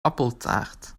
appeltaart